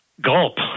gulp